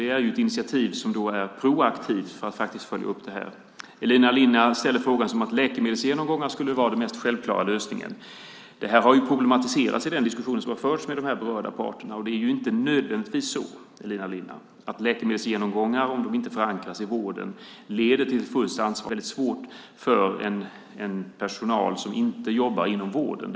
Det är ett initiativ för att följa upp det här som är proaktivt. Elina Linna ställer frågan som att läkemedelsgenomgångar skulle vara den mest självklara lösningen. Det här har ju problematiserats i den diskussion som har förts med de berörda parterna, och det är inte nödvändigtvis så, Elina Linna, att läkemedelsgenomgångar om de inte förankras i vården leder till ett fullt ansvarstagande. Det är alltså väldigt viktigt att rätt mediciner finns men också att rätt mediciner plockas bort, och det är väldigt svårt för personal som inte jobbar inom vården.